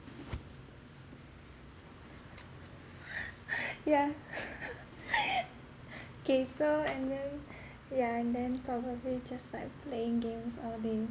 yeah K so and then yeah and then probably just like playing games all day